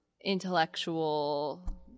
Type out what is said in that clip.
intellectual